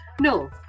No